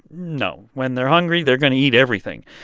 no. when they're hungry, they're going to eat everything.